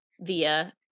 via